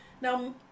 Now